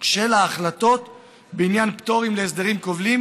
של ההחלטות בעניין פטורים להסדרים כובלים,